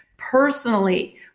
personally